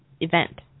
event